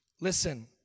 Listen